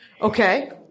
Okay